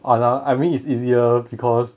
ah lah I mean it's easier because